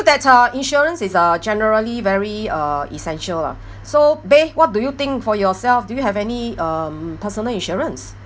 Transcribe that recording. that uh insurance is uh generally very uh essential lah so beh what do you think for yourself do you have any um personal insurance